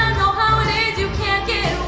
holidays you can't get